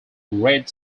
red